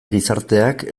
gizarteak